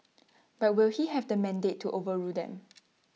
but will he have the mandate to overrule them